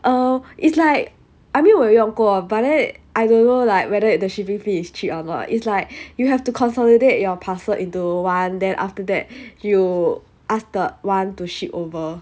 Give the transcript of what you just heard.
oh it's like I mean 我有用过 but then I don't know like whether the the shipping fee is cheap or not it's like you have to consolidate your parcel into one then after that you ask the one to ship over